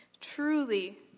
truly